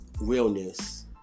Realness